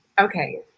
okay